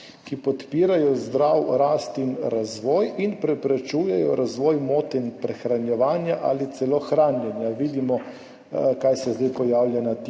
ki podpirajo zdravo rast in razvoj in preprečujejo razvoj motenj prehranjevanja ali celo hranjenja.